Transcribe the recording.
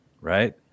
Right